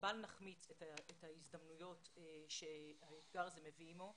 ובל נחמיץ את ההזדמנויות שהאתגר הזה מביא עמו.